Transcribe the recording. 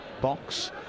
box